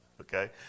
Okay